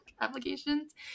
applications